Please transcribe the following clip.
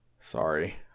Sorry